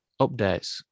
updates